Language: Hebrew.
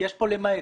יש כאן "למעט".